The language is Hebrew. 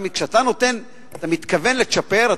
כשאתה מתכוון לצ'פר,